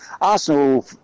Arsenal